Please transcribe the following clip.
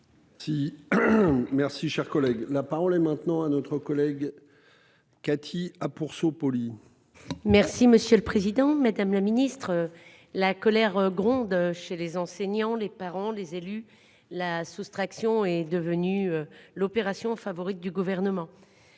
Merci, cher collègue, la parole est maintenant à notre collègue. Cathy ah pour. Merci monsieur le président, madame la ministre, la colère gronde chez les enseignants, les parents, les élus la soustraction est devenue l'opération favorite du gouvernement